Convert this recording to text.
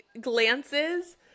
glances